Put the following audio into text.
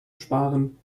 sparen